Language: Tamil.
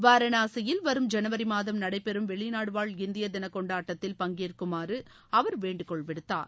வாரணாசியில் வரும் ஜனவரி மாதம் நடைபெறும் வெளிநாடுவாழ் இந்தியர் தின கொண்டாட்டத்தில் பங்கேற்குமாறு அவர் வேண்டுகோள் விடுத்தார்